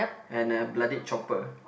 and a bloodied chopper